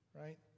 Right